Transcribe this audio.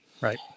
right